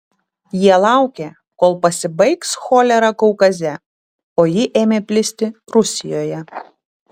jie laukė kol pasibaigs cholera kaukaze o ji ėmė plisti rusijoje